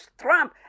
Trump